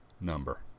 number